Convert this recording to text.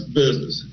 business